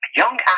young